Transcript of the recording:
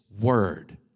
word